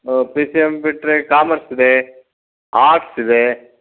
P C M ಬಿಟ್ಟರೆ commerce ಇದೆ arts ಇದೆ